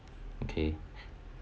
okay